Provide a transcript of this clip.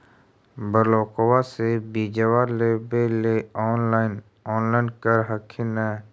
ब्लोक्बा से बिजबा लेबेले ऑनलाइन ऑनलाईन कर हखिन न?